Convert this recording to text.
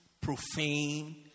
profane